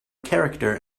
character